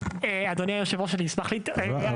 אדוני יושב הראש, אני אשמח להתייחס.